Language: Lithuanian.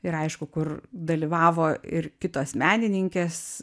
ir aišku kur dalyvavo ir kitos menininkės